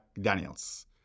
Daniels